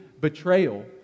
betrayal